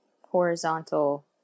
horizontal